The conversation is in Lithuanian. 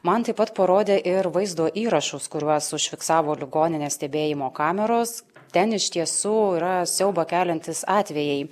man taip pat parodė ir vaizdo įrašus kuriuos užfiksavo ligoninės stebėjimo kameros ten iš tiesų yra siaubą keliantys atvejai